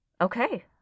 okay